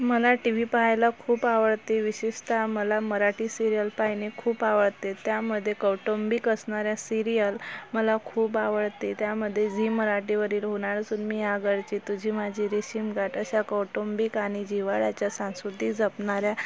मला T V पाहायला खूप आवडते विशेषतः मला मराठी सिरीयल पाहणे खूप आवडते त्यामध्ये कौटुंबिक असणाऱ्या सिरीयल मला खूप आवडते त्यामध्ये झी मराठीवरील होणार सून मी या घरची तुझी माझी रेशीमगाठ अशा कौटुंबिक आणि जिव्हाळाच्या संस्कृती जपणाऱ्या